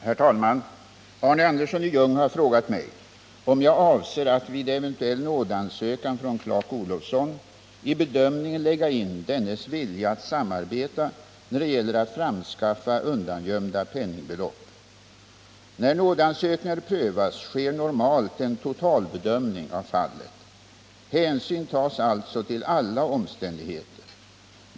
Herr talman! Arne Andersson i Ljung har frågat mig om jag avser att vid eventuell nådeansökan från Clark Olofsson i bedömningen lägga in dennes vilja att samarbeta när det gäller att framskaffa undangömda penningbelopp. När nådeansökningar prövas sker normalt en totalbedömning av fallet. Hänsyn tas alltså till alla omständigheter.